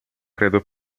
credo